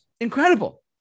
Incredible